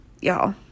Y'all